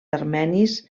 armenis